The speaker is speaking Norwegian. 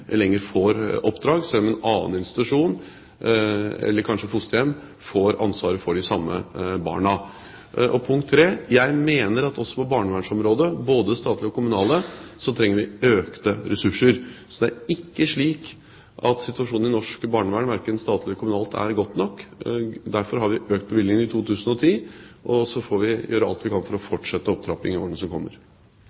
lenger får oppdrag, selv om en annen institusjon eller kanskje fosterhjem får ansvaret for de samme barna. Jeg mener at også på barnevernsområdet, både det statlige og det kommunale, trenger vi økte ressurser. Det er altså ikke slik at situasjonen i norsk barnevern, verken statlig eller kommunalt, er god nok. Derfor har vi økt bevilgningene i 2010, og så får vi gjøre alt vi kan for å